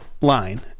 line